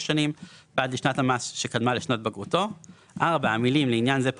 שנים ועד לשנת המס שקדמה לשנת בגרותו."; המילים "לעניין זה,